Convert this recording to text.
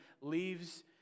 leaves